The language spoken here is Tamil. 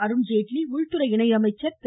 அருண்ஜேட்லி உள்துறை இணையமைச்சர் திரு